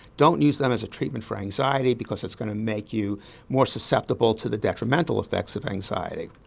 don't use them as a treatment for anxiety because it's going to make you more susceptible to the detrimental effects of anxiety.